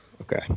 Okay